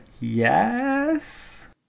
yes